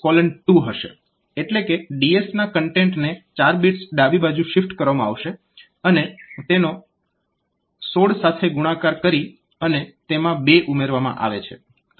એટલે કે DS ના કન્ટેન્ટને 4 બિટ્સ ડાબી બાજુ શિફ્ટ કરવામાં આવશે અને તેનો 16 સાથે ગુણાકાર કરી અને તેમાં 2 ઉમેરવામાં આવે છે